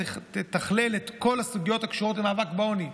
שתתכלל את כל הסוגיות הקשורות למאבק בעוני.